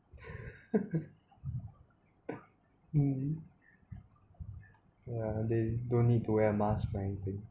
mm yeah they don't need to wear masks right